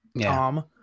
Tom